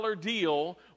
deal